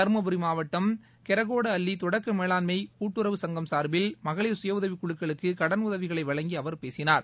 தருமபுரி மாவட்டம் கெரகோடஅள்ளி தொடக்க வேளாண்மை கூட்டுறவு சங்கம் சார்பில் மகளிர் சுயஉதவிக் குழுக்களுக்கு சுகடன் உதவிகளை வழங்கி அவர் பேசினார்